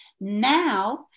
Now